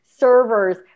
servers